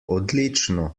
odlično